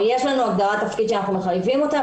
יש לנו הגדרת תפקיד שאנחנו מחייבים אותה,